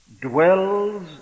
dwells